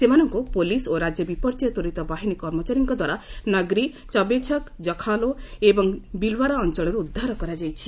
ସେମାନଙ୍କୁ ପୁଲିସ୍ ଓ ରାଜ୍ୟ ବିପର୍ଯ୍ୟୟ ତ୍ୱରିତ ବାହିନୀ କର୍ମଚାରୀଙ୍କଦ୍ୱାରା ନଗ୍ରୀ ଚବେ ଛକ ଜଖୋଲେ ଏବଂ ବିଲାୱାର ଅଞ୍ଚଳରୁ ଉଦ୍ଧାର କରାଯାଇଛି